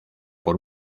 por